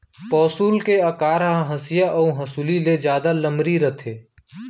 पौंसुल के अकार ह हँसिया अउ हँसुली ले जादा लमरी रथे